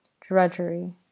drudgery